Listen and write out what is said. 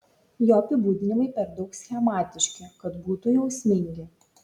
jo apibūdinimai per daug schematiški kad būtų jausmingi